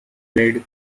played